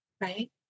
Right